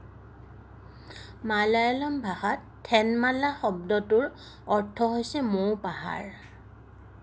মালায়ালম ভাষাত 'থেনমালা' শব্দটোৰ অৰ্থ হৈছে মৌ পাহাৰ